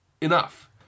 enough